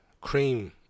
cream